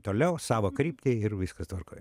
toliau savo kryptį ir viskas tvarkoj